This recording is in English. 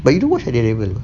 but you do watch ah daredevil